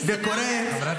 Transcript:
כי זה מאוד עצוב.